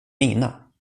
mina